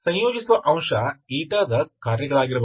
ಸಂಯೋಜಿಸುವ ಅಂಶ ದ ಕಾರ್ಯಗಳಾಗಿರಬಹುದು